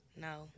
No